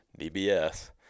dbs